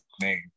name